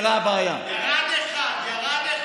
ירד אחד, ירד אחד.